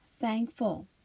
thankful